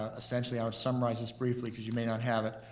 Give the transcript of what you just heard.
ah essentially i'll summarize this briefly cause you may not have it.